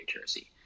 jersey